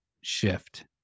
shift